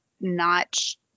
notch